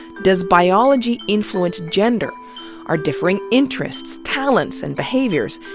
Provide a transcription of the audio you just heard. does biology influence gender our differing interests, talents, and behaviors?